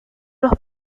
los